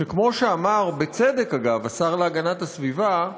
שכמו שאמר, בצדק, אגב, השר להגנת הסביבה,